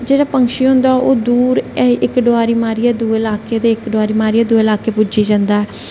जेहड़ा पक्षी होंदा ओह् दूर इक डुआरी मारियै दुऐ इलाक़ा च इक डुआरी मारियै दुऐ इलाके पुज्जी जंदा